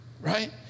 Right